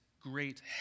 great